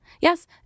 Yes